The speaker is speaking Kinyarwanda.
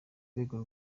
rwego